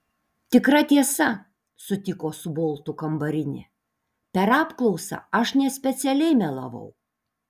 tikra tiesa sutiko su boltu kambarinė per apklausą aš nespecialiai melavau